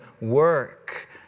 work